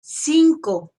cinco